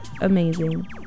amazing